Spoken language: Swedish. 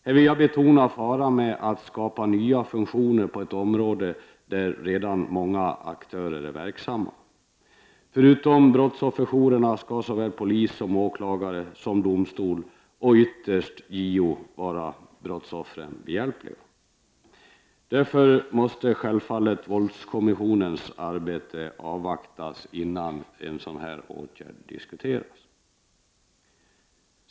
Här vill jag betona faran med att skapa nya funktioner på ett område där redan många aktörer är verksamma. Förutom brottsofferjourerna skall såväl polis som åklagare och domstol samt ytterst JO vara brottsoffren behjälpliga. Därför måste sjävfallet våldskommissionens arbete avvaktas innan en sådan åtgärd diskuteras.